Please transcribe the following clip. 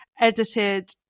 edited